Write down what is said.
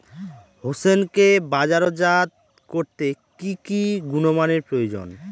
হোসেনকে বাজারজাত করতে কি কি গুণমানের প্রয়োজন?